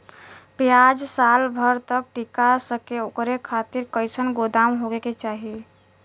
प्याज साल भर तक टीका सके ओकरे खातीर कइसन गोदाम होके के चाही?